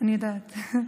אני יודעת.